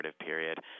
period